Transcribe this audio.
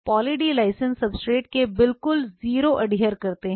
poly D lysine substrate के बिल्कुल 0 adhere करते हैं